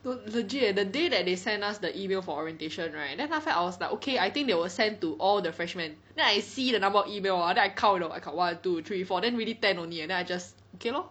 legit eh the day that they send us the email for orientation right then after that I was like okay I think they will send to all the freshman then I see the number of email hor then I count you know then I count one two three four then really ten only eh then I just okay lor